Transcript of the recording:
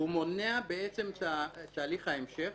והוא מונע את תהליך ההמשך,